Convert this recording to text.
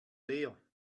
leer